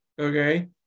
Okay